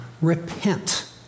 Repent